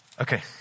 Okay